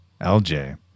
LJ